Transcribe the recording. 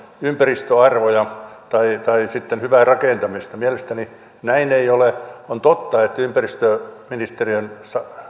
ympäristöarvoja tai tai sitten hyvää rakentamista mielestäni näin ei ole on totta että ympäristöministeriön